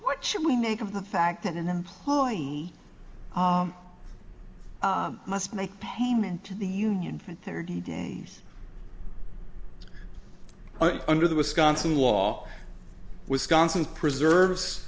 what should we make of the fact that an employee must make payment to the union for thirty days under the wisconsin law wisconsin preserves